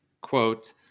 quote